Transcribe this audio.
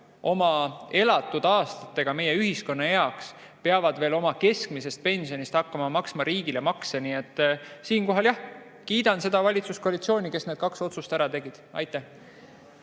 oma elatud aastatega meie ühiskonna heaks, peavad veel oma keskmisest pensionist hakkama maksma riigile makse. Nii et siinkohal, jah, kiidan seda valitsuskoalitsiooni, kes need kaks otsust ära tegi. Aitäh!